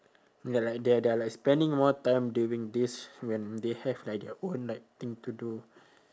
ya like they are they are like spending more time doing this when they have like their own like thing to do